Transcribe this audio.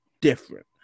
different